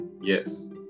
Yes